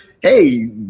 hey